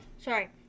Sorry